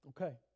Okay